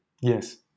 Yes